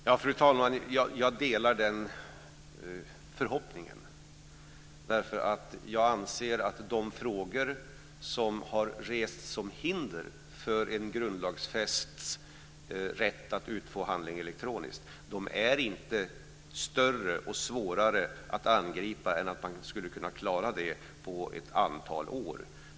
Fru talman! Jag delar den förhoppningen. Jag anser nämligen att de frågor som har rests som hinder för en grundlagsfäst rätt att utfå handling elektroniskt inte är större och svårare att angripa än att man skulle kunna klara det på ett antal år.